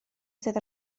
sydd